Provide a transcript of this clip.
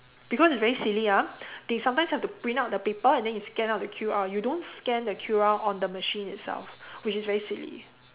because it's very silly ah they sometimes have to print out the paper and then you scan out the Q_R you don't scan the Q_R on the machine itself which is very silly